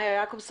מאיה יעקבס,